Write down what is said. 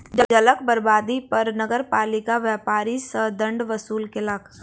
जलक बर्बादी पर नगरपालिका व्यापारी सॅ दंड वसूल केलक